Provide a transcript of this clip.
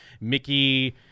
Mickey